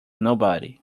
nobody